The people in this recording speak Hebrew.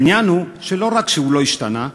העניין הוא שלא רק שהוא לא השתנה,